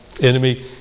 enemy